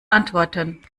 antworten